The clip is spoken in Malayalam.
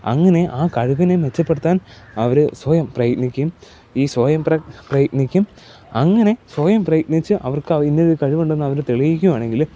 അങ്ങനെ ആ കഴിവിനെ മെച്ചപ്പെടുത്താൻ അവർ സ്വയം പ്രയത്നിക്കയും ഈ സ്വയം പ്രയത്നിക്കും അങ്ങനെ സ്വയം പ്രയത്നിച്ച് അവർക്ക് ഇന്നതിൽ കഴിവുണ്ടെന്ന് അവർ തെളിയിക്കുകയാണെങ്കിൽ